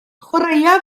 chwaraea